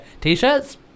t-shirts